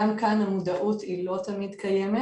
גם כאן המודעות היא לא תמיד קיימת.